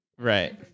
Right